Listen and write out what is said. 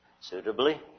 suitably